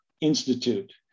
Institute